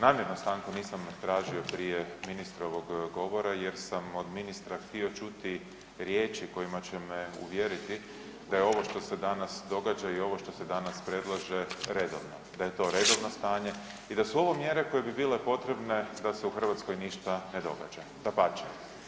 Namjerno stanku nisam tražio prije ministrovog govora jer sam od ministra htio čuti riječi kojima će me uvjeriti da je ovo što se danas događa i ovo što se danas predlaže redovno, da je to redovno stanje i da su ovo mjere koje bi bile potrebne da se u Hrvatskoj ništa ne događa, dapače.